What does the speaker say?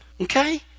okay